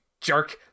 Jerk